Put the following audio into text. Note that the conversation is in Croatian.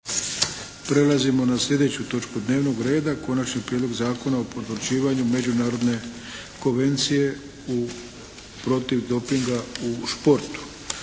Prelazimo na sljedeću točku dnevnog reda –- Konačni prijedlog Zakona o potvrđivanju Međunarodne konvencije protiv dopinga u športu,